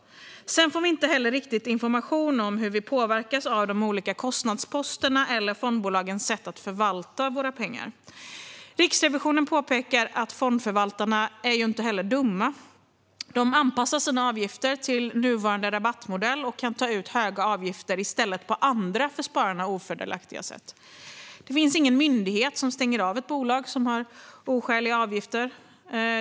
Vi får heller inte tillräcklig information om hur vi påverkas av de olika kostnadsposterna eller fondbolagens sätt att förvalta våra pengar. Riksrevisionen påpekar att fondförvaltarna inte är dumma. De anpassar sina avgifter till nuvarande rabattmodell och kan i stället ta ut höga avgifter på andra, för spararna ofördelaktiga, sätt. Det finns ingen myndighet som stänger av ett bolag som har oskäliga avgifter.